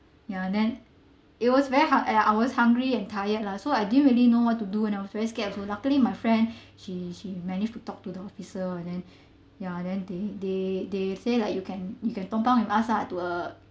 ya then it was very hard I was hungry and tired lah so I didn't really know what to do and I was very scared also luckily my friend she she managed to talk to the officer then ya then they they they said like you can you can tumpang with us lah